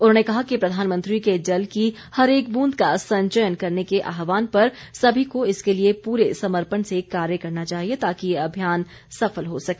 उन्होंने कहा कि प्रधानमंत्री के जल की हरेक ब्रूंद का संचयन करने के आहवान पर सभी को इसके लिए पूरे समर्पण से कार्य करना चाहिए ताकि ये अभियान सफल हो सके